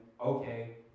okay